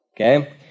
Okay